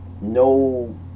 no